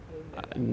I don't dare lah